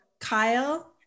Kyle